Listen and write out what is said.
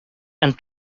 and